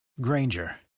Granger